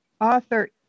author